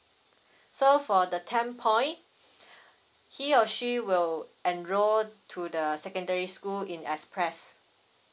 so for the ten point he or she will enroll to the secondary school in express